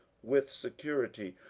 with security,